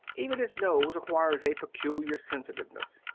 even his nose acquires a peculiar sensitiveness.